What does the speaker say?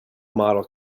model